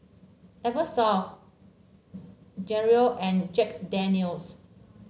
Eversoft Gelare and Jack Daniel's